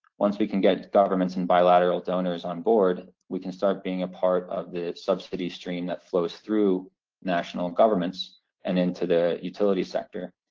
once we can get governments and bilateral donors onboard, we can start being a part of the subsidy stream that flows through national governments and into the utility sector,